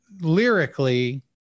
lyrically